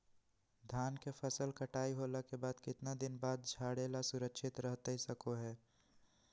धान के फसल कटाई होला के बाद कितना दिन बिना झाड़ले सुरक्षित रहतई सको हय?